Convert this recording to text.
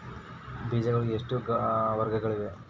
ಬೇಜಗಳಲ್ಲಿ ಎಷ್ಟು ವರ್ಗಗಳಿವೆ?